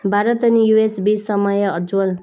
भारत अनि युएसबिच समय अज्वल